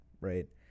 Right